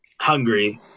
hungry